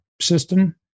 system